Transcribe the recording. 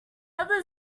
others